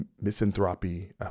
misanthropy